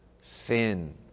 sin